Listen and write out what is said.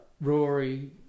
Rory